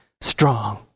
strong